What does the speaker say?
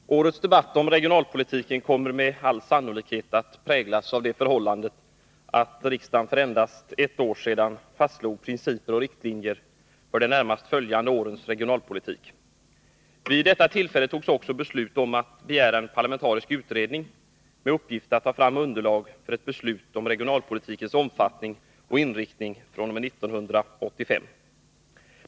Herr talman! Årets debatt om regionalpolitiken kommer med all sannolikhet att präglas av det förhållandet att riksdagen för endast ett år sedan fastslog principer och riktlinjer för de närmast följande årens regionalpolitik. Vid detta tillfälle fattades också beslut om att begära en parlamentarisk utredning med uppgift att ta fram underlag för ett beslut om regionalpolitikens omfattning och inriktning från 1985.